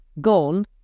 gone